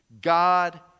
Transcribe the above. God